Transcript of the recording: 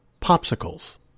popsicles